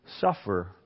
suffer